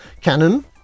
Cannon